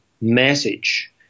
message